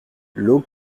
lot